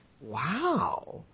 Wow